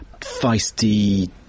feisty